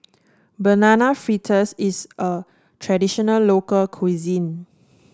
Banana Fritters is a traditional local cuisine